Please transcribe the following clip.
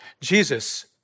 Jesus